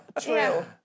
True